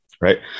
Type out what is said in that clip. right